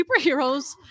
superheroes